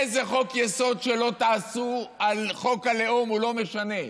איזה חוק-יסוד שלא תעשו על חוק הלאום, או לא משנה,